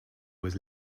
was